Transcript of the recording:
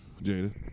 jada